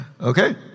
Okay